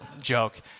joke